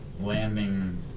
landing